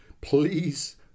Please